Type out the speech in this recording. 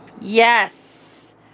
Yes